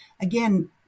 again